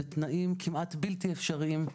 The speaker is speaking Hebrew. בתנאים כמעט בלתי אפשריים.